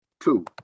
Two